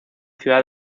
ciudad